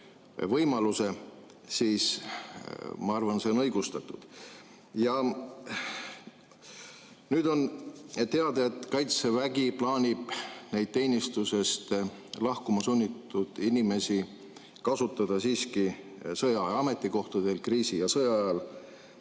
võimaluse, siis ma arvan, et see [näide] on õigustatud. Nüüd on teada, et Kaitsevägi plaanib neid teenistusest lahkuma sunnitud inimesi kasutada siiski sõjaaja ametikohtadel kriisi- ja sõjaajal.